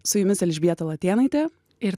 su jumis elžbieta latėnaitė ir